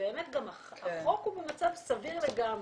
ובאמת החוק הוא במצב סביר לגמרי.